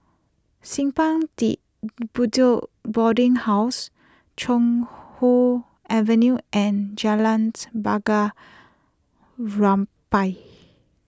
Simpang De Bedok Boarding House Chuan Hoe Avenue and Jalans Bunga Rampai